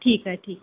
ठीक आहे ठीक आहे